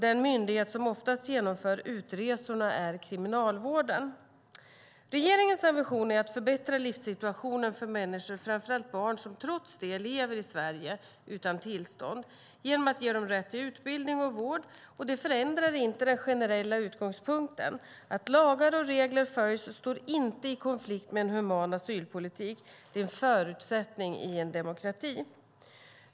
Den myndighet som oftast genomför utresorna är Kriminalvården. Regeringens ambition är att förbättra livssituationen för människor, framför allt barn, som trots det lever i Sverige utan tillstånd genom att ge dem rätt till utbildning och vård, och det förändrar inte den generella utgångspunkten. Att lagar och regler följs står inte i konflikt med en human asylpolitik. Det är en förutsättning i en demokrati.